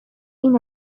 این